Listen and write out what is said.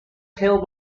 tail